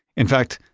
in fact,